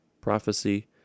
prophecy